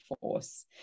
force